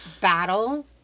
battle